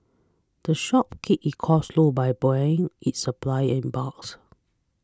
the shop keeps its costs low by buying its supplies in bulks